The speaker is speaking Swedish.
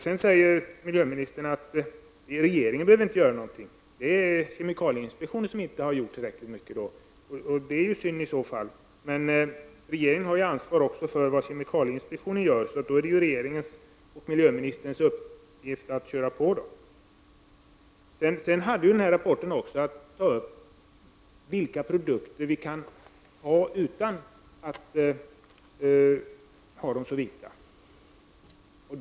Sedan säger miljöministern att regeringen inte behöver göra någonting. Det är kemikalieinspektionen som inte har gjort tillräckligt mycket. Det är synd i så fall. Men regeringen har ansvar också för det kemikalieinspektionen gör. Därför är det regeringens och miljöministerns uppgift att driva på. Rapporten hade också att ta upp vilka produkter som behöver vara så vita.